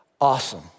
Awesome